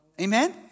Amen